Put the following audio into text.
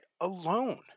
alone